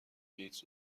گیتس